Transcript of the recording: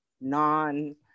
non